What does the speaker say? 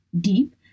deep